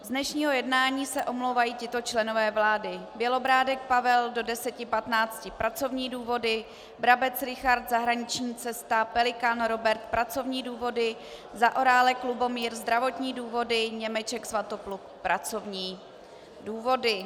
Z dnešního jednání se omlouvají tito členové vlády: Bělobrádek Pavel do 10.15 pracovní důvody, Brabec Richard zahraniční cesta, Pelikán Robert pracovní důvody, Zaorálek Lubomír zdravotní důvody, Němeček Svatopluk pracovní důvody.